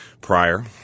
prior